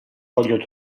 voglio